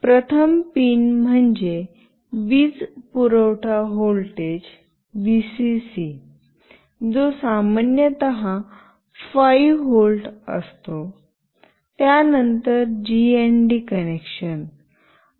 प्रथम पिन म्हणजे वीज पुरवठा व्होल्टेज व्हीसीसी जो सामान्यत 5 व्होल्ट असतो त्यानंतर जीएनडी कनेक्शन